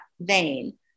vein